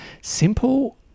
simple